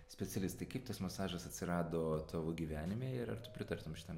specialistai kaip tas masažas atsirado tavo gyvenime ir ar tu pritartum šitam